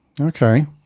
Okay